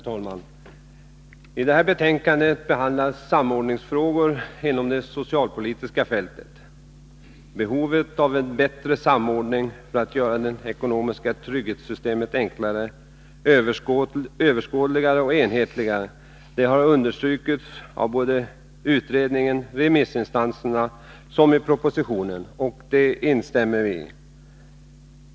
Herr talman! I detta betänkande behandlas samordningsfrågor inom det socialpolitiska fältet. Behovet av en bättre samordning för att göra det ekonomiska trygghetssystemet enklare, överskådligare och enhetligare har understrukits såväl av utredningen och remissinstanserna som i propositionen. Och detta instämmer vi i.